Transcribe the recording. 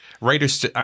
writers